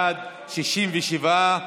67,